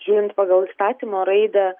žiūrint pagal įstatymo raidą